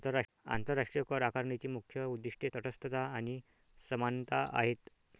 आंतरराष्ट्रीय करआकारणीची मुख्य उद्दीष्टे तटस्थता आणि समानता आहेत